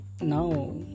now